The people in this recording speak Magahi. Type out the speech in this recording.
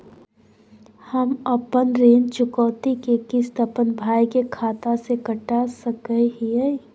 हम अपन ऋण चुकौती के किस्त, अपन भाई के खाता से कटा सकई हियई?